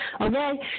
Okay